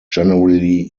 proper